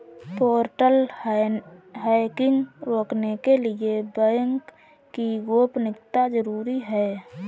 portal hacking रोकने के लिए बैंक की गोपनीयता जरूरी हैं